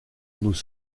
nous